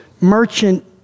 merchant